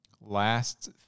last